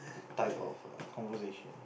type of conversation